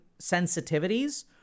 sensitivities